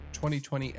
2020